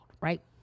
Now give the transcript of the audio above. right